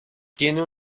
tiene